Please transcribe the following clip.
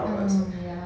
um ya